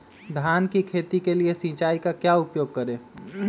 धान की खेती के लिए सिंचाई का क्या उपयोग करें?